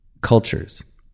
cultures